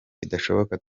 bidashoboka